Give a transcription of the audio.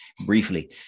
briefly